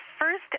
first